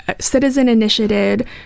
citizen-initiated